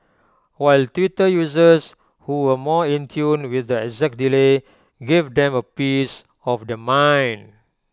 while Twitter users who were more in tune with the exact delay gave them A piece of their mind